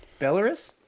Belarus